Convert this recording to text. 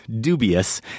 dubious